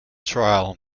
trial